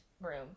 room